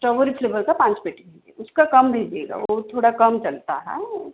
strawberry flavour का पाँच पेटी दीजिए उसका कम दीजिएगा वो थोड़ा कम चलता हएँ